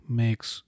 makes